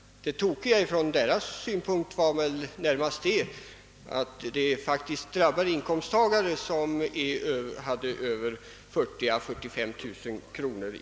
Det tokiga från deras synpunkt var väl närmast, att det faktiskt drabbar inkomsttagare med inkomster över 40 000—453 000 kronor.